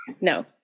No